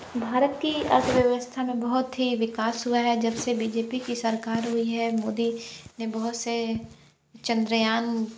भारत की अर्थव्यवस्था में बहुत ही विकास हुआ है जब से बी जे पी की सरकार हुई है मोदी ने बहुत से चंद्रयान